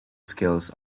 skills